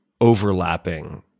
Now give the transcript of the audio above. overlapping